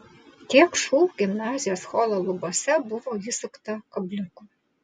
tiek šu gimnazijos holo lubose buvo įsukta kabliukų